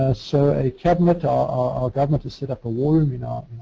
ah so a cabinet. our ah government has set up a war room in our